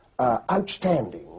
outstanding